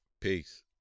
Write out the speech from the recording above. Peace